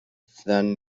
then